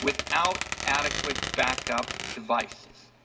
without adequate back-up devices.